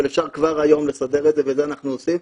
אבל אפשר כבר היום לסדר את זה וזה אנחנו עושים.